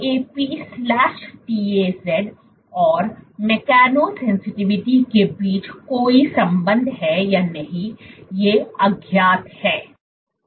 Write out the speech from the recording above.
YAP TAZ और mechanosensitivity के बीच कोई संबंध है या नहीं ये अज्ञात है